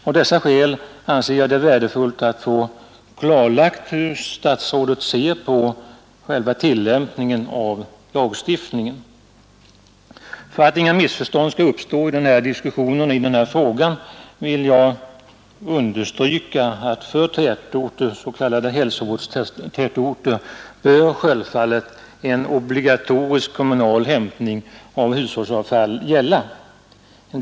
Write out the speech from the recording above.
Av dessa skäl anser jag det värdefullt att få klarlagt hur statsrådet ser på tillämpningen av lagstiftningen. För att inga missförstånd skall uppstå vill jag understryka att obligatorisk kommunal hämtning av hushållsavfall självfallet bör gälla för s.k. hälsovårdstätorter.